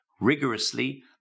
rigorously